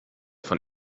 von